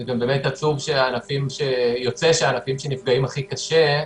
וזה גם באמת עצוב שיוצא שהענפים שנפגעים הכי קשה,